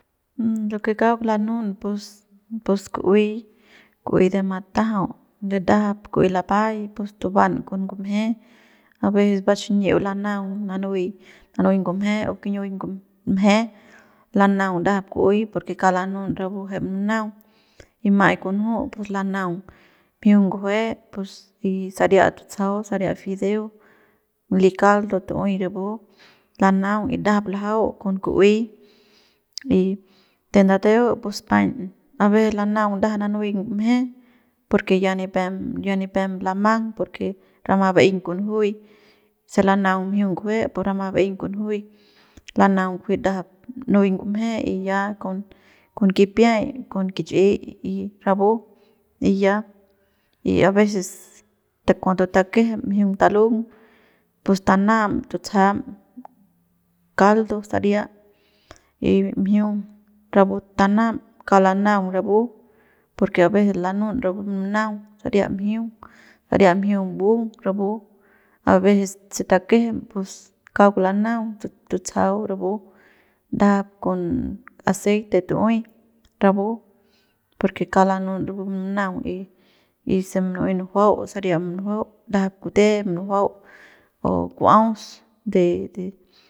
Lo que kauk lanun pus pus ku'uey, ku'ey de matajau de ndajap ku'uey lapay pus tuban con ngumje aveces va xiñi'iu lanaung nanuy ngumje o kiñiuy ngumje lanaung ndajap ku'uey porque kauk lanun rapu jay mununaung y ma'ay kunju pus lanaung mjiung ngjuepus saria tutsajau saria fideo li caldo tu'uey rapu lanaung y ndajap lajau con ku'uey y de ndateu pus paiñ aveces ndajap lanauung nanuy ngumje porque ya nipem ya nipem lamang porque rama ba'eiñ kunjui se lanaung mjiung ngujue pus rama baeiñ kunjuy lanaung kujuy ndajap nuy ngumje y ya con kipiay y con kich'i y rapu y ya y aveces te cuando takejem mjiung talung pus tanam tutsajam caldo saria y mjiung rapu tanam kauk lanaung rapu porque abecés lanun rapu mununaung saria mjiung saria mjiung mbung rapu a veces se takejem pues kak lanaung tutsajau rapu ndajap con aceite tu'uey rapu porque kauk lanun rapu mununaung y se munu'ey nujuau saria munujuau ndajap kute munujuau o ku'uaus de de.